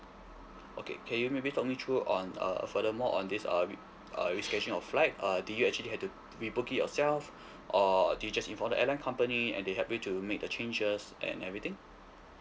okay can you maybe talk me through on uh furthermore on this uh re~ uh rescheduling of flight err do you actually have to rebook it yourself or do you just informed the airline company and they help you to make the changes and everything